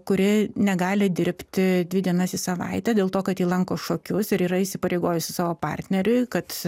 kuri negali dirbti dvi dienas į savaitę dėl to kad ji lanko šokius ir yra įsipareigojusi savo partneriui kad